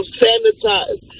sanitize